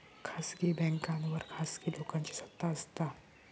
खासगी बॅन्कांवर खासगी लोकांची सत्ता असता